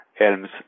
Elm's